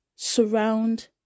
Surround